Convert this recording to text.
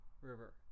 River